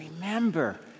Remember